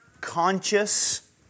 conscious